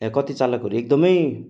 कति चालकहरू एकदमै